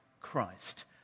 Christ